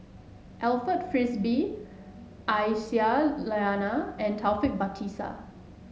Alfred Frisby Aisyah Lyana and Taufik Batisah